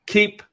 Keep